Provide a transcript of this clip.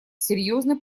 серьезно